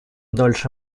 дольше